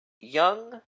young